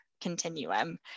continuum